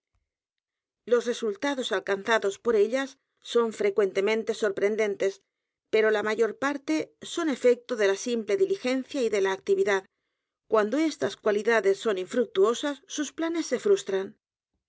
los resultados alcanzados por ellas son frecuentemente sorprendentes pero por la mayor parte son los crímenes de la calle morgue efecto d é l a simple diligencia y de la actividad cuando estas cualidades son infructuosas sus planes s e frustran